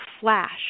flash